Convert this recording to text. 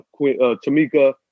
Tamika